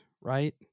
right